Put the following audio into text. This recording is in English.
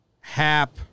Hap